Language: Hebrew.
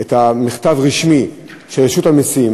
את המכתב הרשמי של רשות המסים.